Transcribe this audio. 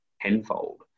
tenfold